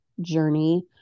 journey